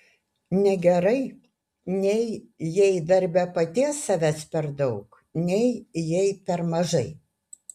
negerai nei jei darbe paties savęs per daug nei jei per mažai